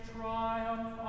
triumph